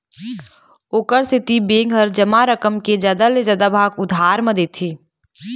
ओखर सेती बेंक ह जमा रकम के जादा ले जादा भाग उधार म देथे